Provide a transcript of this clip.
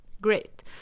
Great